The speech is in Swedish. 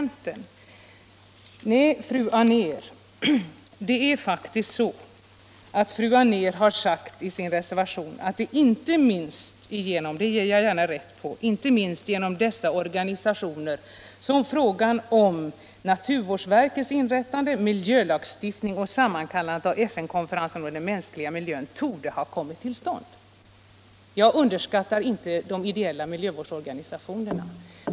Nej, fru Anér, det är faktiskt så att fru Anér sagt i sin reservation att inrättandet av naturvårdsverket, miljölagstiftning och sammankallandet av FN-konferensen om den mänskilga miljön torde ha kommit till stånd inte minst — det är riktigt att de orden finns med — genom dessa organisationer. Jag underskattar inte de ideella miljövårdsorganisationerna.